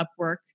Upwork